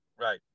right